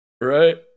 right